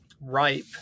ripe